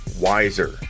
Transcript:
wiser